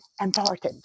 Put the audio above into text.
important